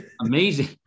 amazing